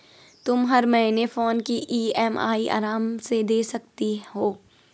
तुम हर महीने फोन की ई.एम.आई आराम से दे सकती हो